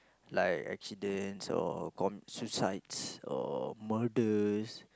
like accidents or com~ suicides or murders